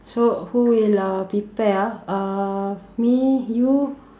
so who will uh prepare ah uh me you